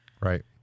right